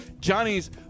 Johnny's